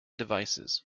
devices